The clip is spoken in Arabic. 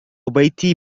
بيتي